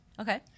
Okay